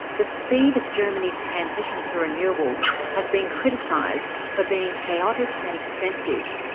the speed of germany's transition to renewables has been criticised for being chaotic and expensive.